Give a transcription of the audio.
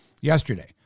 yesterday